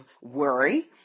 worry